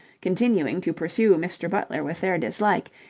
continuing to pursue mr. butler with their dislike,